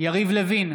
יריב לוין,